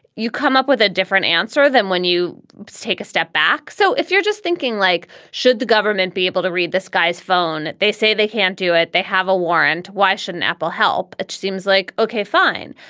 you come up with a different answer then when you take a step back. so if you're just thinking like should the government be able to read this guy's phone? they say they can't do it. they have a warrant. why shouldn't apple help? it seems like, ok, fine.